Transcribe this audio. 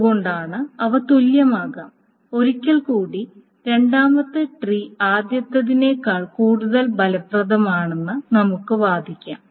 അതുകൊണ്ടാണ് അവ തുല്യമാകാം ഒരിക്കൽ കൂടി രണ്ടാമത്തെ ട്രീ ആദ്യത്തേതിനേക്കാൾ കൂടുതൽ ഫലപ്രദമാണെന്ന് നമുക്ക് വാദിക്കാം